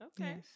Okay